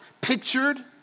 pictured